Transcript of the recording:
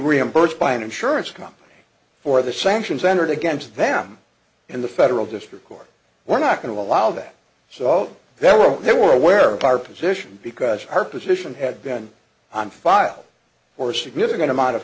reimbursed by an insurance company for the sanctions and against them in the federal district court we're not going to allow that so there were they were aware of our position because our position had been on file for significant amount of